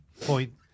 point